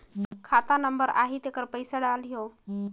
खाता नंबर आही तेकर पइसा डलहीओ?